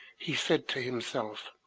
he said to himself,